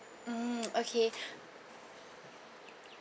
mm okay